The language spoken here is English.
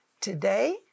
today